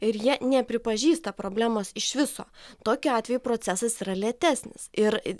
ir jie nepripažįsta problemos iš viso tokiu atveju procesas yra lėtesnis ir